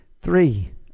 three